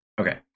Okay